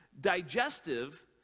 digestive